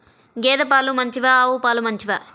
గేద పాలు మంచివా ఆవు పాలు మంచివా?